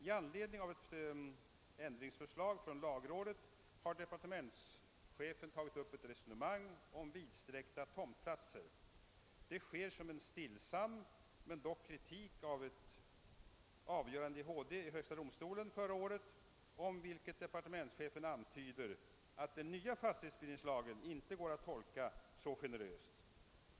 I anledning av ett ändringsförslag från lagrådet har departementschefen tagit upp ett resonemang om vidsträckta tomtplatser. Det framförs som en, låt vara stillsam, kritik av ett avgörande i högsta domstolen förra året. Departementschefen antyder att den nya fastighetsbildningslagen inte kan tolkas så generöst.